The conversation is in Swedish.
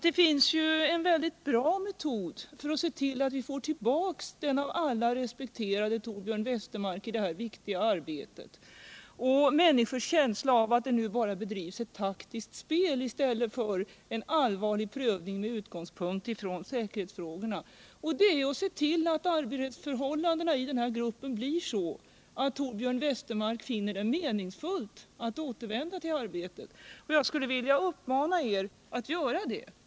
Det finns en utomordentlig metod för att se till att vi får tillbaka den av alla respekterade Torbjörn Westermark i det här viktiga arbetet och samtidigt minska människors känsla av att det nu bara bedrivs ett taktiskt spel i stället för en allvarlig prövning med utgångspunkt i säkerhetsfrågorna. Det är att se till att arbetsförhållandena i den här gruppen blir sådana att Torbjörn Westermark finner det meningsfullt att återvända till arbetet. Jag skulle vilja uppmana er att göra det.